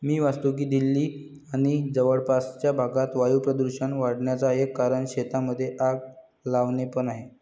मी वाचतो की दिल्ली आणि जवळपासच्या भागात वायू प्रदूषण वाढन्याचा एक कारण शेतांमध्ये आग लावणे पण आहे